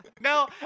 No